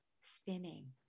spinning